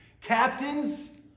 Captains